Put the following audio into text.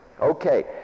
Okay